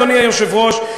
אדוני היושב-ראש,